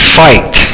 fight